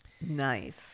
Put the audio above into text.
Nice